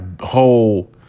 whole